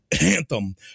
anthem